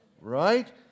right